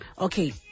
Okay